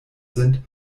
sind